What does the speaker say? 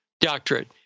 Doctorate